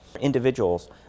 individuals